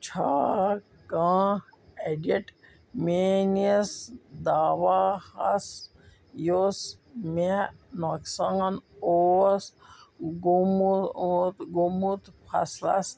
چھا کانٛہہ اپڈیٹ میٛٲنِس دعواہس یُس مےٚ نۄقصان اوس گوٚمُت فصلس